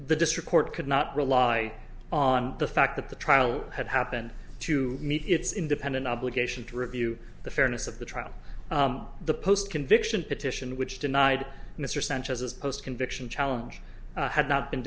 the district court could not rely on the fact that the trial had happened to meet its independent obligation to review the fairness of the trial the post conviction petition which denied mr sanchez's post conviction challenge had not been